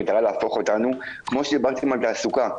במטרה להפוך אותנו כמו שדיברתם על תעסוקה,